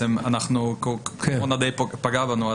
הקורונה די פגעה בנו,